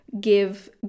give